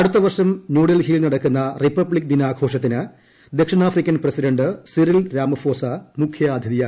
അടുത്ത വർഷം ന്യൂഡൽഹിയിൽ നടക്കുന്ന റിപ്പബ്ലിക് ദിനാ ന് ഘോഷത്തിന് ദക്ഷിണാഫ്രിക്കൻ പ്രസിഡന്റ് സിറിൽ രാമഫോസ മുഖ്യ അതിഥിയാവും